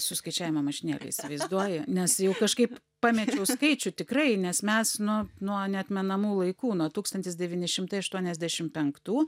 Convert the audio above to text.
su skaičiavimo mašinėle įsivaizduoji nes jau kažkaip pamečiau skaičių tikrai nes mes nu nuo neatmenamų laikų nuo tūkstantis devyni šimtai aštuoniasdešim penktų